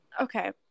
Okay